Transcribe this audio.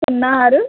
సున్నా ఆరు